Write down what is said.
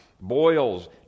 Boils